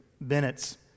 Bennett's